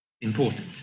important